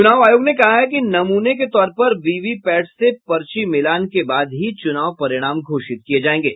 चुनाव आयोग ने कहा है कि नमूने के तौर पर वीवीपैट से पर्चा मिलान के बाद ही चुनाव परिणाम घोषित किये जायेंगे